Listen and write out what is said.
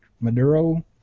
Maduro